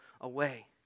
away